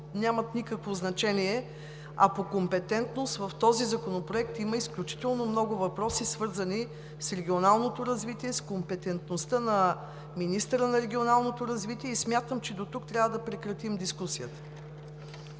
нямат никакво значение, а по компетентност в този законопроект има изключително много въпроси, свързани с регионалното развитие и с компетентността на министъра на регионалното развитие. Смятам, че дотук трябва да прекратим дискусията.